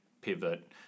Pivot